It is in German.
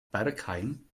bergheim